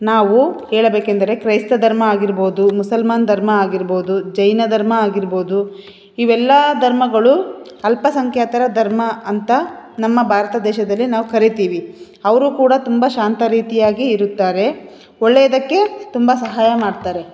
ನಾವು ಹೇಳಬೇಕೆಂದರೆ ಕ್ರೈಸ್ತ ಧರ್ಮ ಆಗಿರ್ಬೋದು ಮುಸಲ್ಮಾನ ಧರ್ಮ ಆಗಿರ್ಬೋದು ಜೈನ ಧರ್ಮ ಆಗಿರ್ಬೋದು ಇವೆಲ್ಲ ಧರ್ಮಗಳು ಅಲ್ಪಸಂಖ್ಯಾತರ ಧರ್ಮ ಅಂತ ನಮ್ಮ ಭಾರತ ದೇಶದಲ್ಲಿ ನಾವು ಕರೀತೀವಿ ಅವರೂ ಕೂಡ ತುಂಬ ಶಾಂತ ರೀತಿಯಾಗಿ ಇರುತ್ತಾರೆ ಒಳ್ಳೆಯದಕ್ಕೆ ತುಂಬ ಸಹಾಯ ಮಾಡ್ತಾರೆ